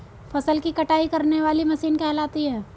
फसल की कटाई करने वाली मशीन कहलाती है?